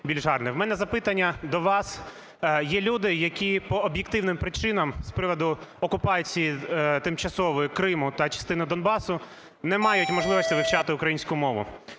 У мене запитання до вас. Є люди, які по об'єктивним причинам з приводу окупації тимчасової Криму та чистини Донбасу не мають можливості вивчати українську мову.